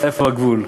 איפה הגבול?